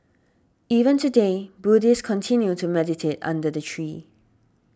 even today Buddhists continue to meditate under the tree